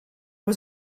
was